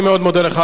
אני מאוד מודה לך.